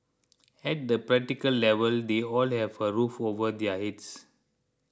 at the practical level they all have a roof over their heads